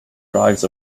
drives